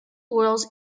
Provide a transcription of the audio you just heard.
whorls